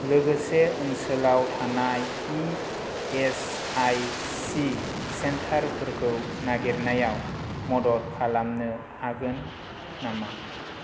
लोगोसे ओनसोलाव थानाय इ एस आइ सि सेन्टारफोरखौ नागिरनायाव मदद खालामनो हागोन नामा